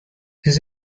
his